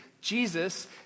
Jesus